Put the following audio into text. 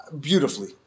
beautifully